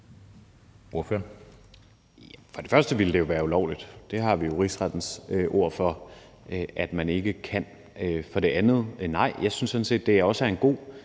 Kjær (S): For det første ville det jo være ulovligt. Det har vi Rigsrettens ord for at man ikke kan. For det andet synes jeg faktisk også, at det er en god